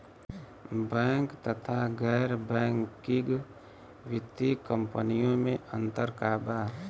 Bank तथा गैर banking वित्तीय कम्पनीयो मे अन्तर का बा?